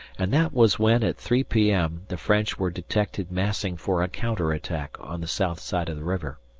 and that was when at three p m. the french were detected massing for a counter-attack on the south side of the river.